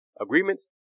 agreements